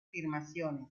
afirmaciones